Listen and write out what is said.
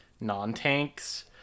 non-tanks